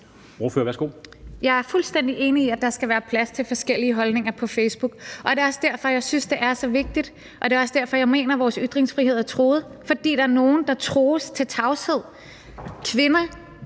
Jeg er fuldstændig enig i, at der skal være plads til forskellige holdninger på Facebook. Det er også derfor, jeg synes, det er så vigtigt, og det er også derfor, jeg mener, at vores ytringsfrihed er truet. For der er nogle, der trues til tavshed, kvinder